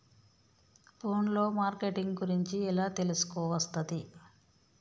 Phone లో marketing గురించి ఎలా తెలుసుకోవస్తది?